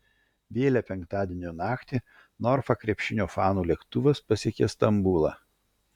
vėlią penktadienio naktį norfa krepšinio fanų lėktuvas pasiekė stambulą